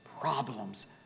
problems